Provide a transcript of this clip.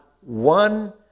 one